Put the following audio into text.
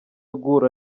guhura